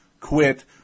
quit